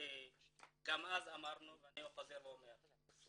שגם אז אמרנו ואני חוזר ואומר,